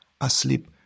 asleep